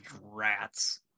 rats